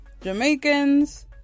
Jamaicans